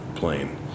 plane